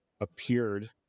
appeared